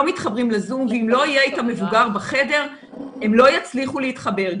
לא מתחברים לזום ואם לא יהיה איתם מבוגר בחדר הם לא יצליחו להתחבר.